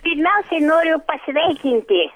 pirmiausiai noriu pasveikinti